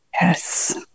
Yes